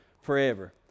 forever